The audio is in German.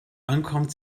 ankommt